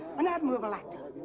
an admirable actor?